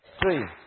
three